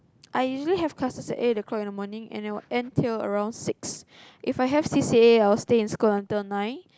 I usually have classes at eight o'clock in the morning and I will end till around six If I have c_c_a I will stay in school until nine